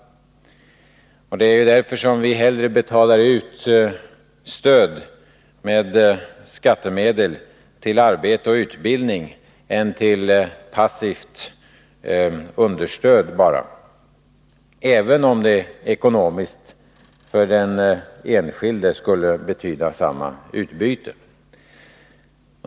Det är därför vi hellre betalar ut skattemedel till arbete och utbildning än i form av passivt understöd, även om det ekonomiskt för den enskilde skulle bli samma utbyte.